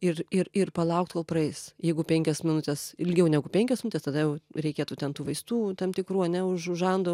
ir ir ir palaukt kol praeis jeigu penkias minutes ilgiau negu penkios minutės tada reikėtų ten tų vaistų tam tikrų ane už už žando